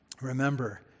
remember